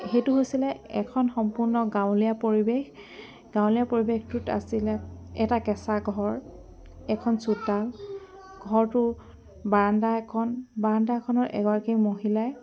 সেইটো হৈছিলে এখন সম্পূৰ্ণ গাঁৱলীয়া পৰিৱেশ গাঁৱলীয়া পৰিৱেশটোত আছিলে এটা কেঁচা ঘৰ এখন চোতাল ঘৰটো বাৰণ্ডা এখন বাৰাণ্ডাখনত এগৰাকী মহিলাই